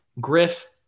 Griff